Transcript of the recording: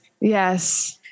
yes